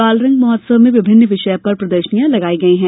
बालरंग महोत्सव में विभिन्न विषय पर प्रदर्शनियाँ लगाई गई हैं